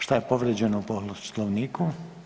Šta je povrijeđeno u Poslovniku?